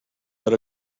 but